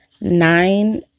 nine